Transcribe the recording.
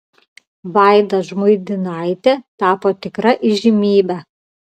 vaida žmuidinaitė tapo tikra įžymybe